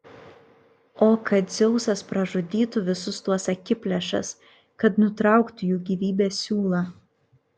o kad dzeusas pražudytų visus tuos akiplėšas kad nutrauktų jų gyvybės siūlą